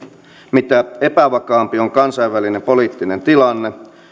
mitä epävakaampi on kansainvälinen poliittinen tilanne